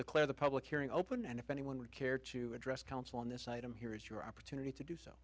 declare the public hearing open and if anyone would care to address counsel on this item here is your opportunity to do so